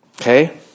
okay